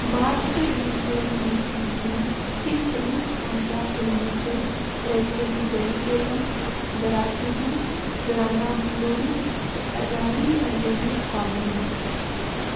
बाद च रिलीज होई दियें उं'दियें किश प्रमुख कामयाब फिल्में च प्रेसिडेंट गरी पेल्लम वरासुडु घराना बुल्लोडू ते अल्लारी अल्लूड़ू शामल न